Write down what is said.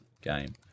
Game